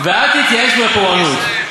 "ואל תתייאש מן הפורענות."